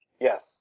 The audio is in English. Yes